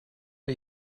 are